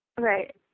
right